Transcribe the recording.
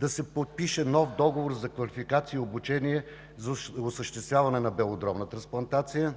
да се подпише нов договор за квалификация и обучение за осъществяване на белодробна трансплантация;